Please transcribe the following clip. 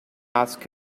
ask